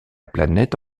planète